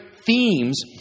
themes